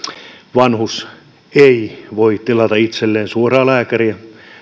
vanhus ei voi tilata itselleen suoraan lääkäriä